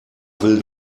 will